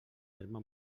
terme